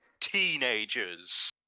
teenagers